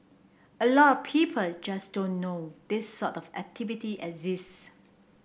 a lot people just don't know this sort of activity exists